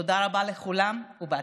תודה רבה לכולם ובהצלחה.